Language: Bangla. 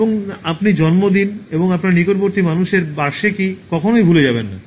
এবং আপনি জন্মদিন এবং আপনার নিকটবর্তী মানুষের বার্ষিকী কখনই ভুলে যাবেন না